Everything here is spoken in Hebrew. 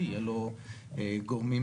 אין לך ברירה, אתה חייב להגיד.